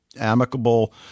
amicable